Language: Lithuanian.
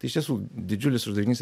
iš tiesų didžiulis uždavinys